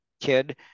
kid